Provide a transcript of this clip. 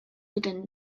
duten